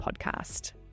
podcast